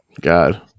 God